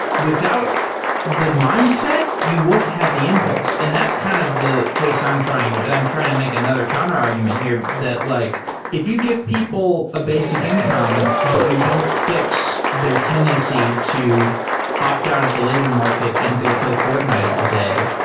without the mindset, you won't have the impulse, and that's kind of the case i'm trying to but i'm trying to make another counterargument here, that like if you give people a basic income but you don't fix their tendency to opt out of the labor market and go play fortnite all day,